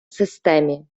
системі